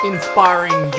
Inspiring